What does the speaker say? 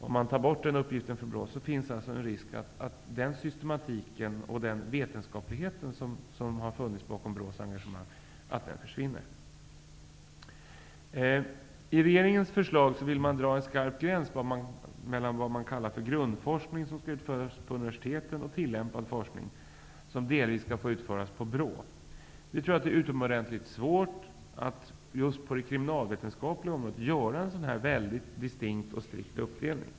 Om man tar bort den uppgiften för BRÅ finns en risk för att den systematik och den vetenskaplighet som har funnits bakom BRÅ:s engagemang försvinner. Regeringen föreslår att en skarp gräns dras mellan vad man kallar grundforskning, som skall utföras på universiteten, och tillämpad forskning, som delvis skall få utföras på BRÅ. Vi tror att det är utomordentligt svårt att just på det kriminalvetenskapliga området göra en sådan väldigt distinkt och strikt uppdelning.